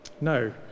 No